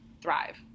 thrive